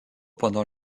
pendant